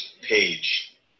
page